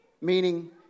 Meaning